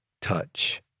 touch